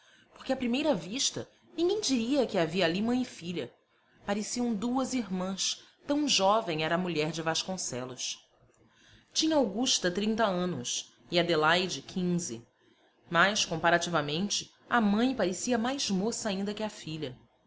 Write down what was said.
porque à primeira vista ninguém diria que havia ali mãe e filha pareciam duas irmãs tão jovem era a mulher de vasconcelos tinha augusta trinta anos e adelaide quinze mas comparativamente a mãe parecia mais moça ainda que a filha